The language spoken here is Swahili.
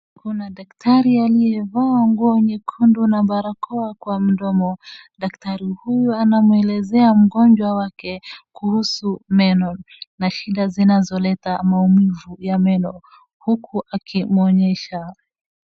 Kuna daktari aliyevaa nguo nyekundu na barakoa kwa mdomo. Dakatari huyu anamwelezea mgonjwa wake kuhusu meno, na shida zinazoleta maumivu ya meno huku akimwonyesha.